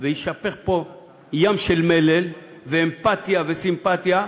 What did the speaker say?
ויישפך פה ים של מלל ואמפתיה וסימפתיה,